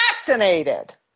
Fascinated